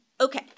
Okay